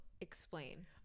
explain